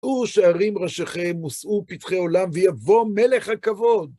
הוא שירים ראשיכם וסעו פתחי עולם, ויבוא מלך הכבוד.